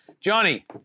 Johnny